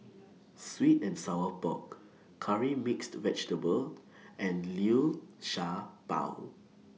Sweet and Sour Pork Curry Mixed Vegetable and Liu Sha Bao